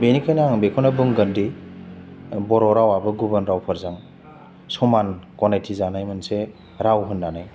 बेनिखायनो आं बेखौनो बुंगोन दि बर' रावाबो गुबुन रावफोरजों समान गनायथि जानाय मोनसे राव होननानै